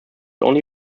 only